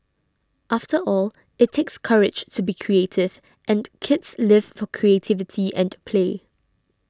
after all it takes courage to be creative and kids live for creativity and play